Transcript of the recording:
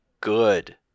good